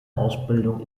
ausbildung